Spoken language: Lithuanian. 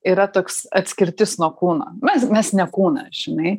yra toks atskirtis nuo kūno mes mes ne kūnas žinai